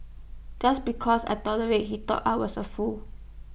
just because I tolerated he thought I was A fool